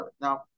Now